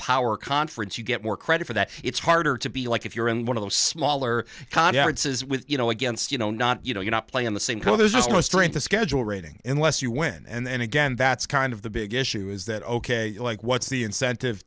power conference you get more credit for that it's harder to be like if you're in one of those smaller conferences with you know against you know not you know you're not playing the same code there's just no strength of schedule rating unless you win and then again that's kind of the big issue is that ok like what's the incentive